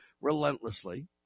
relentlessly